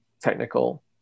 technical